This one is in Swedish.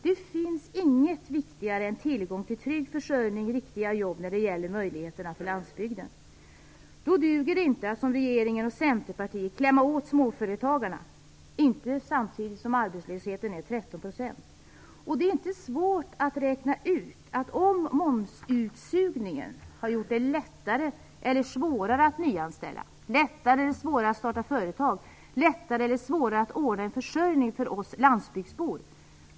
Det finns inget viktigare än tillgång till trygg försörjning och riktiga jobb när det gäller möjligheterna för landsbygden. Då duger det inte att som regeringen och Centerpartiet klämma åt småföretagarna, inte samtidigt som arbetslösheten är 13 %. Det är inte svårt att räkna ut om momsutsugningen har gjort det lättare eller svårare att nyanställa, lättare eller svårare att starta företag, lättare eller svårare att ordna en försörjning för oss landsbygdsbor.